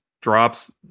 drops